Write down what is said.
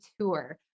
Tour